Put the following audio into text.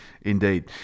Indeed